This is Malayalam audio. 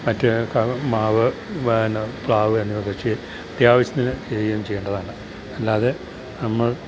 മറ്റേ മാവ് പ്ലാവ് എന്നിവയൊക്കെവച്ച് അത്യാവശ്യത്തിന് ചെയ്യുകയും ചെയ്യേണ്ടതാണ് അല്ലാതെ നമ്മൾ